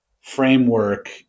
framework